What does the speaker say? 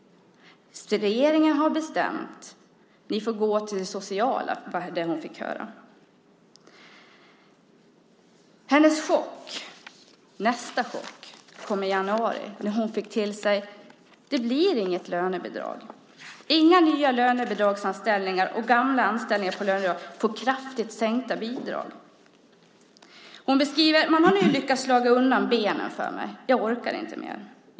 Regeringen har bestämt, ni får gå till det sociala, fick hon höra. Nästa chock kom i januari, när hon fick höra att det inte skulle bli något lönebidrag. Det skulle inte bli några nya lönebidragsanställningar, och gamla anställningar får kraftigt sänkta bidrag. Hon beskriver det: Man har nu lyckats slå undan benen för mig. Jag orkar inte mer.